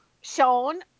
shown